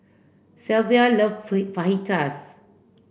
Shelvia love Fajitas